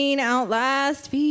outlast